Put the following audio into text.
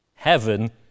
Heaven